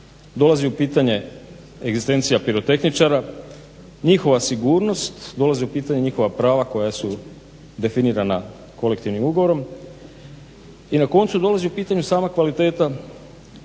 dolazi u pitanje egzistencija pirotehničara, njihova sigurnost, dolaze u pitanje njihova prava koja su definirana kolektivnim ugovorom i na koncu dolazi u pitanje sama kvaliteta